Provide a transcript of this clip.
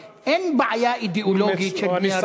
אדוני,